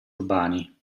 urbani